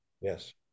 Yes